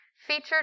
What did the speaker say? Featured